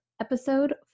episode